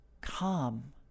calm